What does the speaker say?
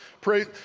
Pray